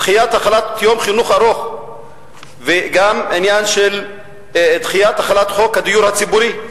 דחיית החלת יום חינוך ארוך וגם העניין של דחיית החלת חוק הדיור הציבורי.